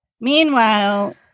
meanwhile